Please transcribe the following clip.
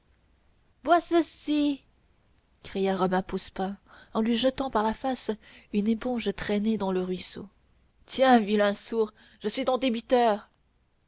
bois ceci criait robin poussepain en lui jetant par la face une éponge traînée dans le ruisseau tiens vilain sourd je suis ton débiteur